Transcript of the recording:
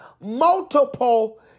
multiple